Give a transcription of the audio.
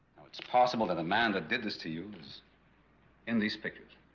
it's possible that a man that did this to you is in these pictures